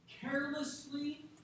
carelessly